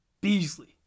Beasley